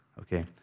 okay